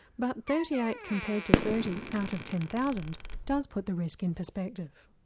but thirty eight compared to thirty out of ten thousand does put the risk in perspective.